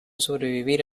sobrevivir